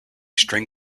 string